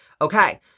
Okay